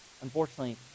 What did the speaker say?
unfortunately